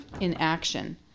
inaction